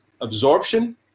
absorption